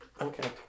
Okay